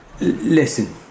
Listen